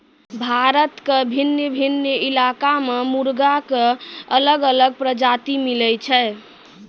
भारत के भिन्न भिन्न इलाका मॅ मुर्गा के अलग अलग प्रजाति मिलै छै